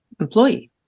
employee